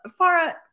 Farah